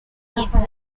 hit